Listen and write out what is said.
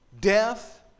Death